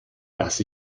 dass